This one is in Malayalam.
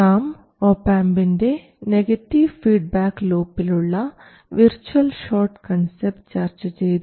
നാം ഒപാംപിൻറെ നെഗറ്റീവ് ഫീഡ്ബാക്ക് ലൂപ്പിലുള്ള വിർച്ച്വൽ ഷോട്ട് കൺസെപ്റ്റ് ചർച്ച ചെയ്തു